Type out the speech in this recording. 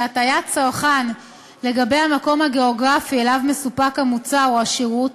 שהטעיית צרכן לגבי המקום הגיאוגרפי שאליו המוצר או השירות